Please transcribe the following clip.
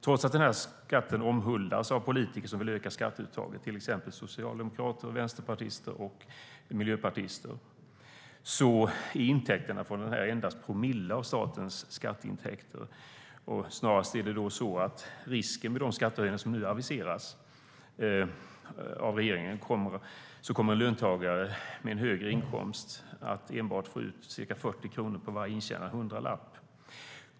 Trots att skatten omhuldas av politiker som vill öka skatteuttaget, till exempel socialdemokrater, vänsterpartister och miljöpartister, är intäkterna från den endast promille av statens skatteintäkter. Snarast är det så att risken finns att med de skattehöjningar som nu aviseras av regeringen kommer löntagare med en högre inkomst att enbart få ut ca 40 kronor på varje intjänad hundralapp.